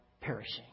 perishing